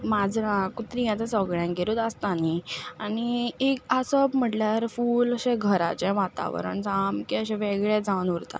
माजरां कुत्रीं आतां सगळ्यांगेरूच आसता न्ही आनी एक आसप म्हटल्यार फूल अशें घराचें वातावरण सामकें अशें वेगळें जावन उरता